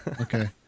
okay